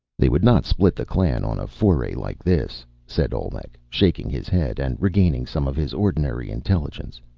they would not split the clan on a foray like this, said olmec, shaking his head, and regaining some of his ordinary intelligence.